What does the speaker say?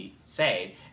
say